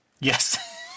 Yes